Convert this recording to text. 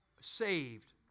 saved